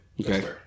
Okay